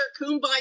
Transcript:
kumbaya